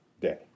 day